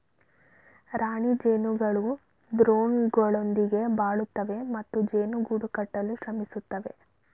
ರಾಣಿ ಜೇನುಗಳು ಡ್ರೋನ್ಗಳೊಂದಿಗೆ ಬಾಳುತ್ತವೆ ಮತ್ತು ಜೇನು ಗೂಡು ಕಟ್ಟಲು ಶ್ರಮಿಸುತ್ತವೆ